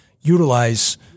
utilize